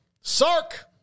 Sark